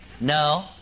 No